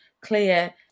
clear